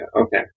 Okay